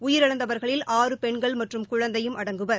உயிரிழந்தவர்களில் ஆறு பெண்கள் மற்றும் குழந்தையும் அடங்குவர்